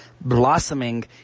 blossoming